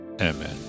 amen